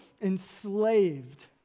enslaved